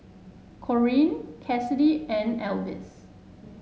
Corrine Kassidy and Alvis